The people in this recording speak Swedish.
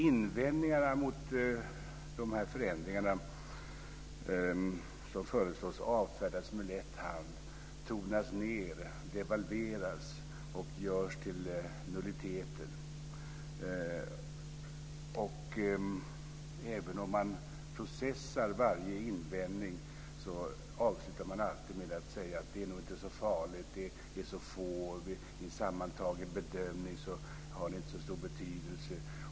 Invändningarna mot de förändringar som föreslås avfärdas med lätt hand, tonas ned, devalveras och görs till nulliteter. Och även om man processar varje invändning så avslutar man alltid med att säga att det nog inte är så farligt, att det är så få och att det vid en sammantagen bedömning inte har så stor betydelse.